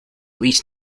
least